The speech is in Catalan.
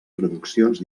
traduccions